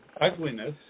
ugliness